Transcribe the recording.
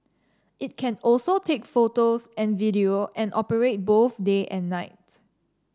it can also take photos and video and operate both day and night